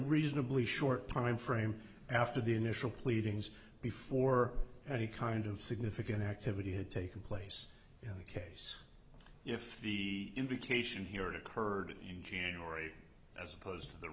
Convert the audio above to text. reasonably short timeframe after the initial pleadings before any kind of significant activity had taken place in the case if the indication here occurred in january as opposed to the